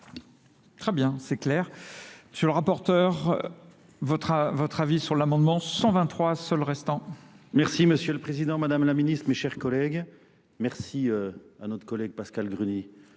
Très bien, c'est clair. Monsieur le rapporteur, votre avis sur l'amendement ? 123, seul restant. Merci Monsieur le Président, Madame la Ministre, mes chers collègues. Merci à notre collègue Pascal Gruny